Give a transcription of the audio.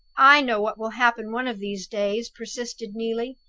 i know what will happen one of these days, persisted neelie.